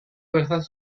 fuerzas